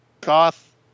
Goth